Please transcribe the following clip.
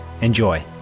Enjoy